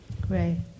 Great